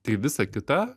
tai visa kita